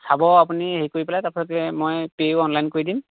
চাব আপুনি হেৰি কৰি পেলাই তাৰ পিছতে মই পেও অনলাইন কৰি দিম